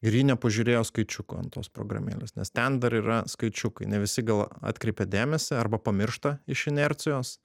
ir ji nepažiūrėjo skaičiukų ant tos programėlės nes ten dar yra skaičiukai ne visi gal atkreipia dėmesį arba pamiršta iš inercijos